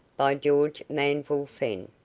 by george manville fenn.